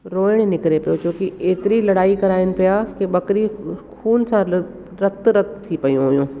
रोअण निकिरे पियो छोकी एतरी लड़ाई कराइनि पिया कि बकरी खून सां रक्त रक्त थी पई हुयूं